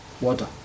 water